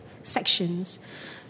sections